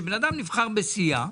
שבן אדם נבחר בסיעה,